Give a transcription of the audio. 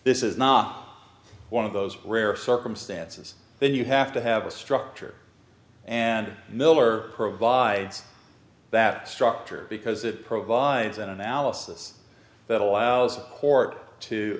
this is not one of those rare circumstances then you have to have a structure and miller provides that structure because it provides an analysis that allows a court to